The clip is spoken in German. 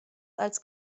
als